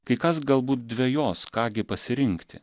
kai kas galbūt dvejos ką gi pasirinkti